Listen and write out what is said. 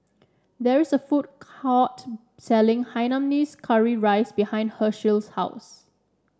there is a food court selling Hainanese Curry Rice behind Hershell's house